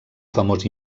famós